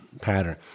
pattern